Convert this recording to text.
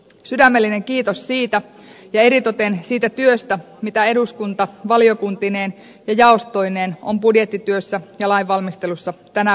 sydämellinen kiitos siitä ja eritoten siitä työstä mitä eduskunta valiokuntineen ja jaostoineen on budjettityössä ja lainvalmistelussa tänä vuonna tehnyt